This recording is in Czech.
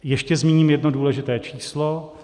Ještě zmíním jedno důležité číslo.